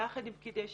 יחד עם פקידי שיקום,